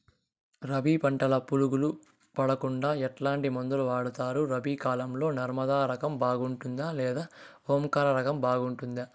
రబి పంటల పులుగులు పడకుండా ఎట్లాంటి మందులు వాడుతారు? రబీ కాలం లో నర్మదా రకం బాగుంటుందా లేదా ఓంకార్ రకం బాగుంటుందా?